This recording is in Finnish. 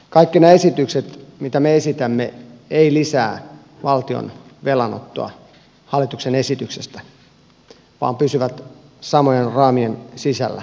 kaikki ne esitykset mitä me esitämme eivät lisää valtion velanottoa hallituksen esityksestä vaan pysyvät samojen raamien sisällä vähintäänkin